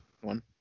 One